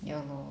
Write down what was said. ya lor